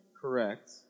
Correct